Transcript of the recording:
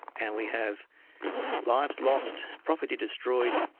and we have lives lost, property destroyed,